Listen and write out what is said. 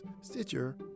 Stitcher